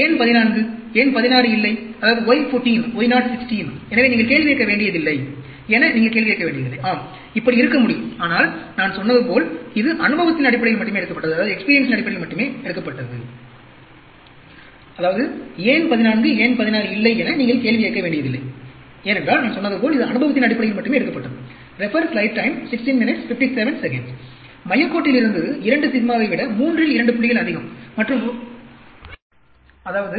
ஏன் 14 ஏன் 16 இல்லை why 14 why not 16 என நீங்கள் கேள்வி கேட்க வேண்டியதில்லை ஆம் இப்படி இருக்க முடியும் ஆனால் நான் சொன்னது போல் இது அனுபவத்தின் அடிப்படையில் மட்டுமே எடுக்கப்பட்டது